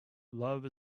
love